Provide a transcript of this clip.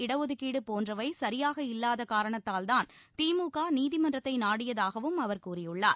இடஒதுக்கீடு போன்றவை சரியாக இல்லாத காரணத்தால்தான் திமுக நீதிமன்றத்தை நாடியதாகவும் அவர் கூறியுள்ளார்